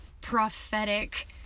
prophetic